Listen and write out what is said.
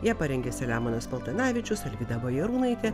ją parengė selemonas paltanavičius alvyda bajarūnaitė